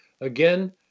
Again